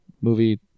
movie